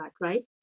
right